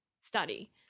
study